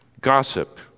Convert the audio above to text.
Gossip